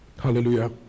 Hallelujah